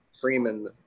Freeman